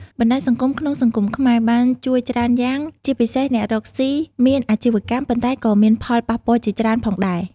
បណ្ដាញសង្គមក្នុងសង្គមខ្មែរ បានជួយច្រើនយ៉ាងជាពិសេសអ្នករកស៊ី មានអាជីវកម្ម ប៉ុន្តែក៏មានផលប៉ះពាល់ជាច្រើនផងដែរ។